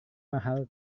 mahal